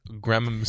grammar